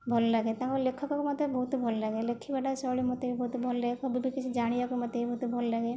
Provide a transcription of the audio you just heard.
ଭଲ ଲାଗେ ତାଙ୍କ ଲେଖକକୁ ମୋତେ ବହୁତ ଭଲ ଲାଗେ ଲେଖିବାଟା ଶୈଳୀ ମୋତେ ବି ବହୁତ ଭଲ ଲାଗେ ସବୁ ବି କିଛି ଜାଣିବାକୁ ମୋତେ ବି ଭଲ ଲାଗେ